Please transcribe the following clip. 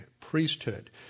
priesthood